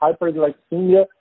hyperglycemia